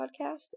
Podcast